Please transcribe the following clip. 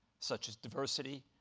such as diversity,